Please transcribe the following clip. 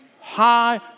high